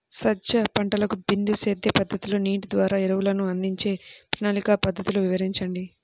సజ్జ పంటకు బిందు సేద్య పద్ధతిలో నీటి ద్వారా ఎరువులను అందించే ప్రణాళిక పద్ధతులు వివరించండి?